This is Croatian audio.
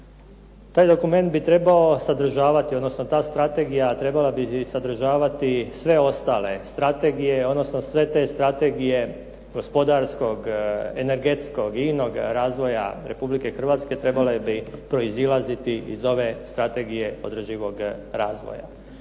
Taj dokument bi trebao sadržavati odnosno ta strategije trebala bi sadržavati sve ostale strategije odnosno sve te strategije gospodarskog, energetskog i inog razvoja Republike Hrvatske trebale bi proizilaziti iz ove Strategije održivog razvoja.